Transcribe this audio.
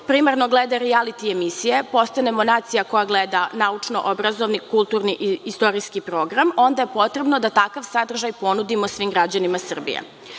primarno gleda rijaliti emisije postanemo nacija koja gleda naučno-obrazovni, kulturni i istorijski program, onda je potrebno da takav sadržaj ponudimo svim građanima